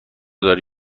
داری